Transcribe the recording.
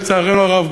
לצערנו הרב,